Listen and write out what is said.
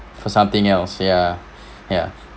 for something else ya ya